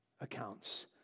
accounts